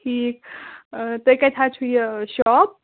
ٹھیٖک تۄہہِ کَتہِ حظ چھُ یہِ شاپ